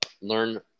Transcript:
learn